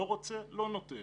לא רוצה לא נותן.